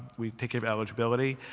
we take care of eligibility.